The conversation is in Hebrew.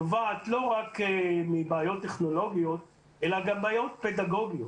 זה נובע לא רק מבעיות טכנולוגיות אלא גם מבעיות פדגוגיות.